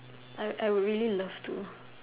I I would really love to